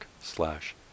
slash